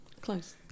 Close